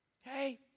Hey